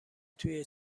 توی